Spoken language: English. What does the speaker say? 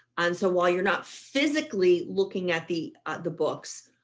and so while you're not physically looking at the the books.